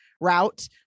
route